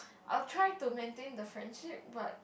I will try to maintain the friendship but